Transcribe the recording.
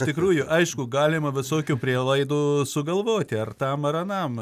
iš tikrųjų aišku galima visokių prielaidų sugalvoti ar tam ar anam